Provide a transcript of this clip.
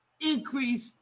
increase